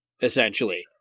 essentially